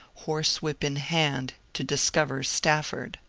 horsewhip in hand, to discover stafford.